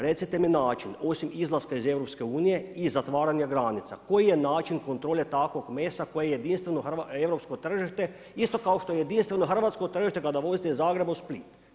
Recite mi način, osim izlaska iz EU i zatvaranja granica, koji je način kontrole takvog meso koje jedinstveno europsko tržište, isto kao što je jedinstveno hrvatsko tržište kada vozite iz Zagreba u Split.